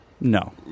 No